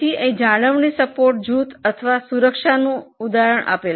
અહીં એક જાળવણી આધાર સમૂહ અથવા સુરક્ષાનો ઉદાહરણ છે